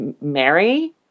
marry